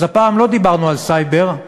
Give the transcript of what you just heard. אז הפעם לא דיברנו על סייבר,